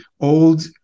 old